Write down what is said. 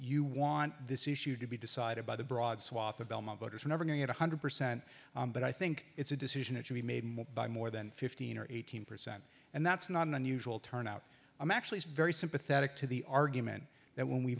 you want this issue to be decided by the broad swath of belmont voters and over one hundred percent but i think it's a decision that should be made by more than fifteen or eighteen percent and that's not an unusual turnout i'm actually very sympathetic to the argument that when we